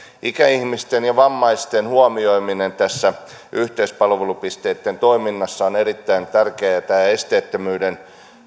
ikäihmisten ja vammaisten huomioiminen tässä yhteispalvelupisteitten toiminnassa on erittäin tärkeää ja esteettömyyden